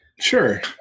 Sure